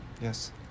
yes